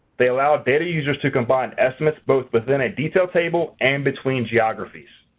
they allow data users to combine estimates both within a detailed table and between geographies.